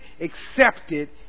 accepted